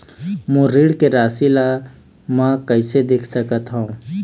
मोर ऋण के राशि ला म कैसे देख सकत हव?